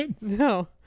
no